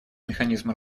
механизма